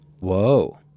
Whoa